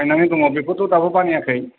नोंनानो दङ बेखौथ' दाबो बानायाखै